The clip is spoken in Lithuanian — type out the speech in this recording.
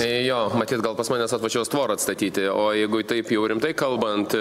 jo matyt gal pas mane jis atvažiuos tvorą atstatyti o jeigu taip jau rimtai kalbant